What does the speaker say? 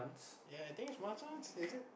ya I think it's must learn is it